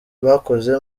bakoze